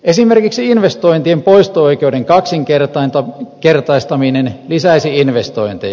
esimerkiksi investointien poisto oi keuden kaksinkertaistaminen lisäisi investointeja